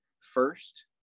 first